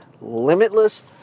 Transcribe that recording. limitless